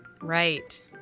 Right